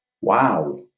Wow